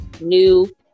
new